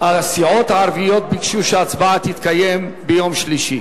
הסיעות הערביות ביקשו שההצבעה תתקיים ביום שלישי